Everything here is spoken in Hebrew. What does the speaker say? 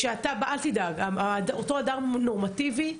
אותו אדם נורמטיבי,